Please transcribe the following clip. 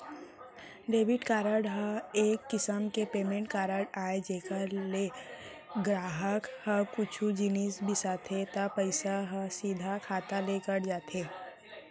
debit card ह एक किसम के पेमेंट कारड अय जेकर ले गराहक ह कुछु जिनिस बिसाथे त पइसा ह सीधा खाता ले कट जाथे